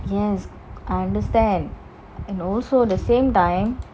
yes I understand and also the same time